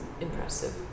impressive